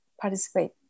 participate